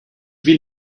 will